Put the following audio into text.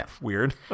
Weird